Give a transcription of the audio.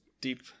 deep